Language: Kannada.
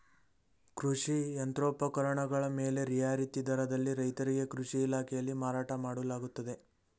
ಕೃಷಿ ಯಂತ್ರೋಪಕರಣಗಳ ಮೇಲೆ ರಿಯಾಯಿತಿ ದರದಲ್ಲಿ ರೈತರಿಗೆ ಕೃಷಿ ಇಲಾಖೆಯಲ್ಲಿ ಮಾರಾಟ ಮಾಡಲಾಗುತ್ತದೆ